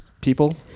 people